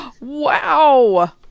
Wow